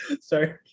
sorry